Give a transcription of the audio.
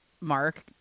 Mark